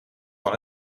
van